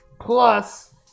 plus